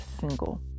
single